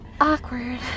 Awkward